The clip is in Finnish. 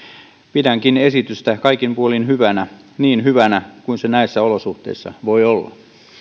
pidänkin esitystä kaikin puolin hyvänä niin hyvänä kuin se näissä olosuhteissa voi olla